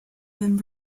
been